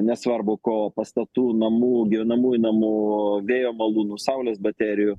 nesvarbu ko pastatų namų gyvenamųjų namų vėjo malūnų saulės baterijų